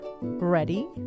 Ready